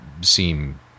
seem